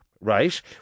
right